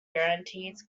guarantees